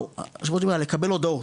היושב-ראש דיבר על לקבל הודעות.